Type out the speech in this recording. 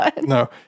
No